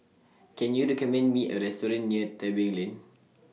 Can YOU recommend Me A Restaurant near Tebing Lane